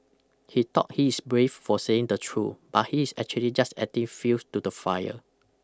he thought he's brave for saying the truth but he's actually just adding fuel to the fire